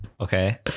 okay